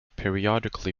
periodically